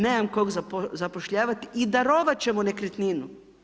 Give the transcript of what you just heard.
Nemam kog zapošljavati i darovat ćemo nekretninu.